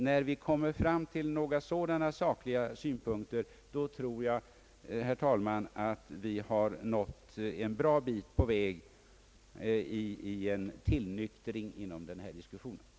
När vi kommer med sakliga synpunkter där, då tror jag, herr talman, att vi har nått en bra bit på väg i en tillnyktring inom detta diskussionsområde.